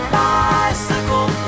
bicycle